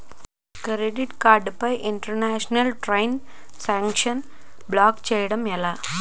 Credit card పై international transaction block చేయటం ఎలా?